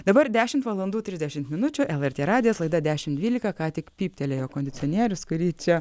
dabar dešimt valandų trisdešim minučių lrt radijas laida dešimt dvylika ką tik pyptelėjo kondicionierius kurį čia